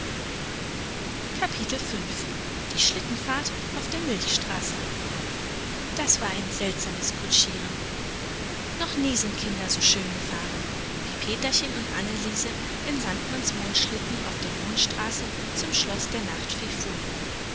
die schlittenfahrt auf der milchstraße noch nie sind kinder so schön gefahren wie peterchen und anneliese in sandmanns mondschlitten auf der milchstraße zum schoß der nachtfee fuhren